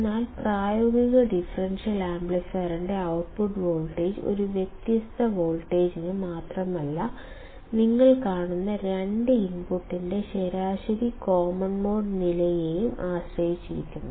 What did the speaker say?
എന്നാൽ പ്രായോഗിക ഡിഫറൻഷ്യൽ ആംപ്ലിഫയറിന്റെ ഔട്ട്പുട്ട് വോൾട്ടേജ് ഒരു വ്യത്യാസ വോൾട്ടേജിനെ മാത്രമല്ല നിങ്ങൾ കാണുന്ന രണ്ട് ഇൻപുട്ടിന്റെ ശരാശരി കോമൺ മോഡ് നിലയെയും ആശ്രയിച്ചിരിക്കുന്നു